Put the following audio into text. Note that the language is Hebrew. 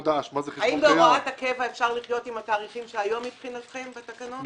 האם בהוראת הקבע אפשר לחיות עם התאריכים של היום מבחינתכם בתקנות?